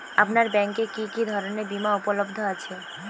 আপনার ব্যাঙ্ক এ কি কি ধরনের বিমা উপলব্ধ আছে?